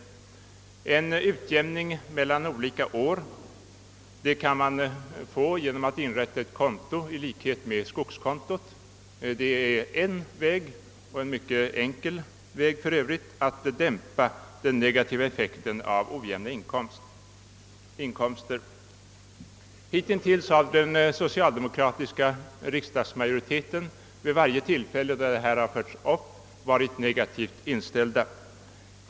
Genom att inrätta ett konto, liknande skogskontot, kan man åstadkomma en utjämning mellan olika år. Detta är en mycket enkel väg att dämpa den negativa effekten av ojämna inkomster. Hittills har den socialdemokratiska — riksdagsmajoriteten vid varje tillfälle då denna fråga förts fram varit negativt inställd.